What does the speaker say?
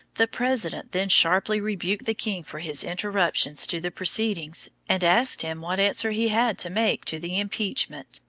the president then sharply rebuked the king for his interruptions to the proceedings, and asked him what answer he had to make to the impeachment.